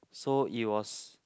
so it was